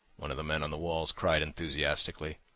one of the men on the wall cried enthusiastically.